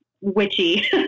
witchy